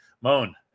Moan